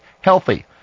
healthy